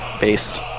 Based